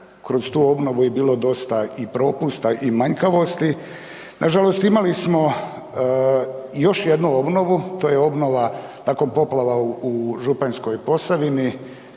Kroz tu obnovu je bilo dosta i propusta i manjkavosti, nažalost imali smo još jednu obnovu, to je obnova nakon poplava u Županjskoj Posavini,